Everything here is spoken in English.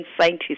scientists